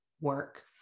work